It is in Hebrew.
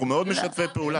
אנחנו מאוד משתפי פעולה.